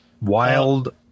Wild